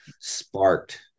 sparked